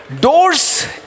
doors